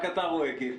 רק אתה רואה, גיל.